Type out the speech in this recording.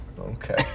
Okay